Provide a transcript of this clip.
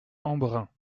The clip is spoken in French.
embrun